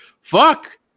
Fuck